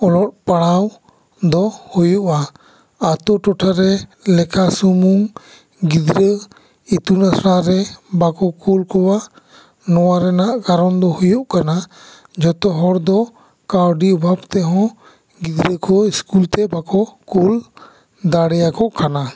ᱚᱞᱚᱜ ᱯᱟᱲᱦᱟᱣ ᱫᱚ ᱦᱩᱭᱩᱜᱼᱟ ᱟᱛᱳ ᱴᱚᱴᱷᱟ ᱨᱮ ᱞᱮᱠᱷᱟ ᱥᱩᱢᱩᱝ ᱜᱤᱫᱽᱨᱟᱹ ᱤᱛᱩᱱ ᱟᱥᱟᱲᱟ ᱨᱮ ᱵᱟᱠᱚ ᱠᱳᱞ ᱠᱚᱣᱟ ᱱᱚᱣᱟ ᱨᱮᱱᱟᱜ ᱠᱟᱨᱚᱱ ᱫᱚ ᱦᱩᱭᱩᱜ ᱠᱟᱱᱟ ᱡᱚᱛᱚ ᱦᱚᱲ ᱫᱚ ᱠᱟᱹᱣᱰᱤ ᱚᱵᱷᱟᱵ ᱛᱮᱦᱚᱸ ᱜᱤᱫᱽᱨᱟᱹ ᱠᱚ ᱥᱠᱩᱞ ᱛᱮ ᱵᱟᱠᱚ ᱠᱩᱞ ᱫᱟᱲᱮᱭᱟᱜ ᱠᱚ ᱠᱟᱱᱟ